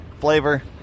Flavor